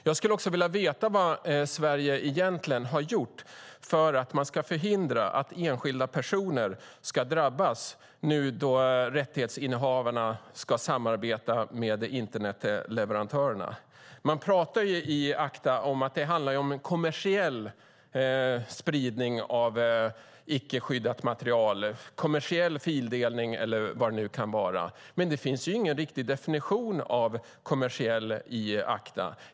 Jag skulle vilja veta vad Sverige egentligen har gjort för att förhindra att enskilda personer ska drabbas när rättighetsinnehavarna ska samarbeta med internetleverantörerna. Det talas i ACTA om kommersiell spridning av icke-skyddat material, kommersiell fildelning eller vad det kan vara. Men det finns ingen riktig definition av begreppet kommersiell i ACTA.